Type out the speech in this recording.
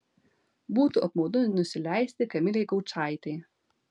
būtų apmaudu nusileisti kamilei gaučaitei